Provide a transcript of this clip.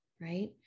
right